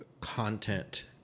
content